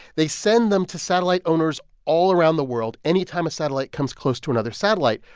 they send them to satellite owners all around the world any time a satellite comes close to another satellite,